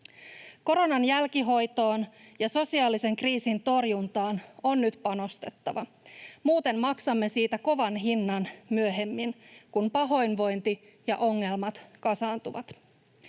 Koronan jälkihoitoon ja sosiaalisen kriisin torjuntaan on nyt panostettava. Muuten maksamme siitä kovan hinnan myöhemmin, kun pahoinvointi ja ongelmat kasaantuvat.